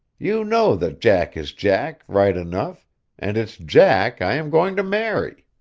you know that jack is jack, right enough and it's jack i am going to marry.